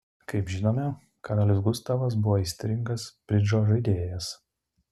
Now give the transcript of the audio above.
kaip žinome karalius gustavas buvo aistringas bridžo žaidėjas